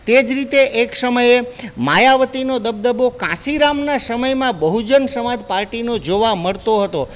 તે જ રીતે એક સમયે માયાવતીનો દબદબો કાશી રામના સમયમાં બહુજન સમાજ પાર્ટીનો જોવા મળતો હતો